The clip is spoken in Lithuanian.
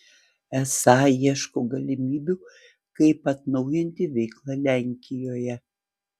esą ieško galimybių kaip atnaujinti veiklą lenkijoje